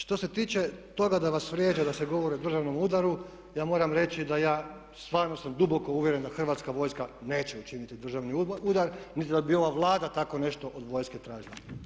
Što se tiče toga da vas vrijeđa da se govori o državnom udaru ja moram reći da ja stvarno sam duboko uvjeren da Hrvatska vojska neće učiniti državni udar, niti da bi ova Vlada takvo nešto od vojske tražila.